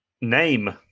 Name